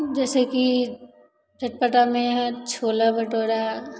जइसेकि चटपटामे छोला भटूरा